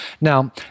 now